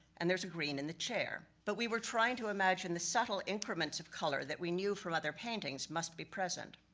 and there's a green in the chair. but we were trying to imagine the subtle increments of color, that we knew from other paintings, must be present.